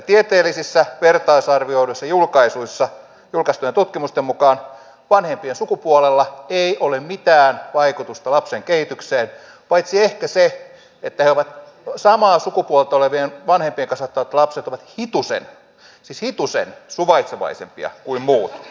tieteellisissä vertaisarvioiduissa julkaisuissa julkaistujen tutkimusten mukaan vanhempien sukupuolella ei ole mitään vaikutusta lapsen kehitykseen paitsi ehkä se että samaa sukupuolta olevien vanhempien kasvattamat lapset ovat hitusen siis hitusen suvaitsevaisempia kuin muut